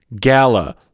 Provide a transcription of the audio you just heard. gala